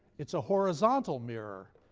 it's a horizontal mirror,